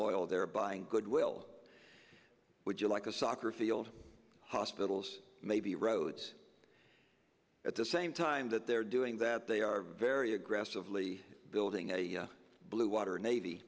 oil they're buying goodwill would you like a soccer field hospitals maybe roads at the same time that they're doing that they are very aggressive of lee building a blue water navy